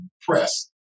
press